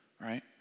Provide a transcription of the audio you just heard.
right